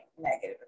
negative